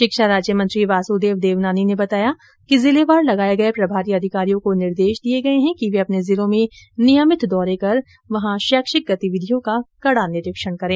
शिक्षा राज्य मंत्री वासुदेव देवनानी ने बताया कि जिलेवार लगाए गए प्रभारी अधिकारियों को निर्देश दिए गए हैं कि वे अपने जिलों में नियमित दौरे कर वहां शैक्षिक गतिविधियों का कड़ा निरीक्षण करें